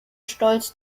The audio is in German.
stolz